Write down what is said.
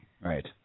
Right